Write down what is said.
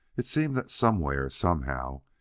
it seemed that somewhere, somehow,